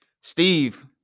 Steve